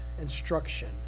instruction